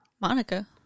Monica